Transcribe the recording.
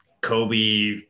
Kobe